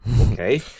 okay